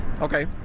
Okay